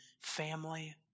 family